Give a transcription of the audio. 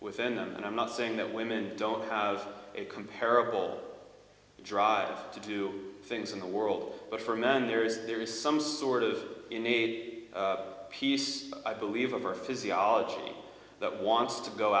within them and i'm not saying that women don't have a comparable drive to do things in the world but for men there is there is some sort of innate piece i believe of our physiology that wants to go